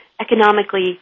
economically